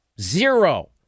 zero